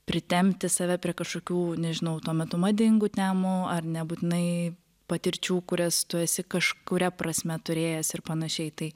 pritempti save prie kažkokių nežinau tuo metu madingų temų ar nebūtinai patirčių kurias tu esi kažkuria prasme turėjęs ir panašiai tai